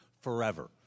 forever